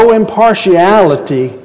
impartiality